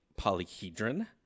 polyhedron